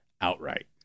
outright